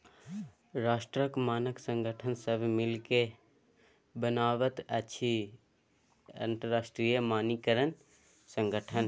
राष्ट्रक मानक संगठन सभ मिलिकए बनाबैत अछि अंतरराष्ट्रीय मानकीकरण संगठन